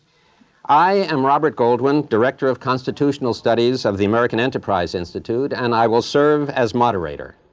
i am robert goldwin, director of constitutional studies of the american enterprise institute, and i will serve as moderator.